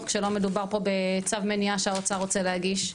כשמדובר פה בצו מניעה שהאוצר רוצה להגיש.